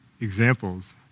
examples